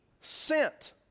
sent